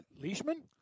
Leishman